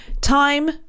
Time